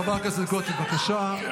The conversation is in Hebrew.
יש ביטויים שמחייבים הוצאה מהאולם,